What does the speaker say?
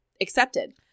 accepted